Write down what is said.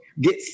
get